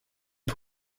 den